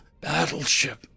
battleship